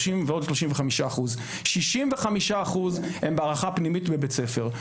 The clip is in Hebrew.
30% ועוד 35% 65% הם בהערכה פנימית בבית הספר.